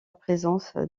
présence